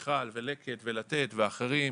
מיכל, ו"לקט" ו"לתת" ואחרים,